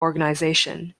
organization